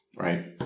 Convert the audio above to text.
Right